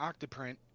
octoprint